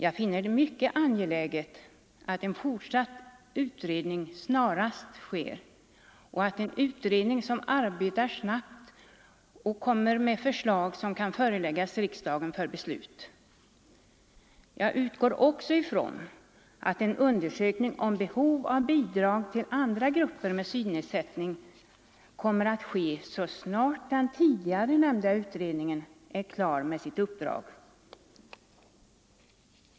Jag finner det mycket angeläget att en fortsatt utredning snarast sker och att denna utredning arbetar snabbt och kommer med förslag som kan föreläggas riksdagen för beslut. Jag utgår också ifrån att en undersökning om behovet av bidrag till andra grupper med synnedsättning kommer att ske så snart den tidigare nämnda utredningen är klar med sitt uppdrag.